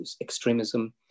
extremism